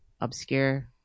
obscure